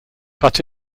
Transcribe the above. but